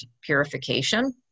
purification